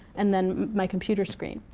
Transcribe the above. and then my computer screen.